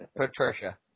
Patricia